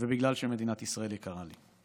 ובגלל שמדינת ישראל יקרה לי.